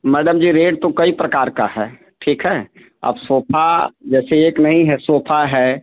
madam जी rate तो कई प्रकार का है ठीक है अब सोफा जैसे एक नहीं है सोफा है